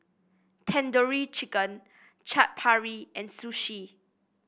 Tandoori Chicken Chaat Papri and Sushi